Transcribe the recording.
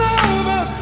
over